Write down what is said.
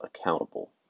accountable